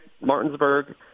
Martinsburg